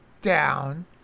down